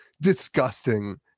disgusting